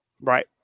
Right